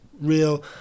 real